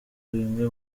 bimwe